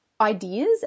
ideas